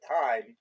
time